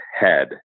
head